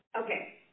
Okay